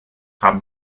haben